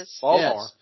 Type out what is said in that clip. Baltimore